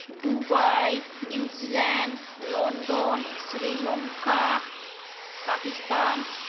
Dubai New Zealand London Sri Lanka Pakistan